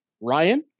Ryan